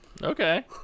Okay